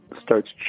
starts